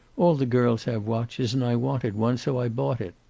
all the girls have watches, and i wanted one. so i bought it.